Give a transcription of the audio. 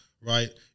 right